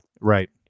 right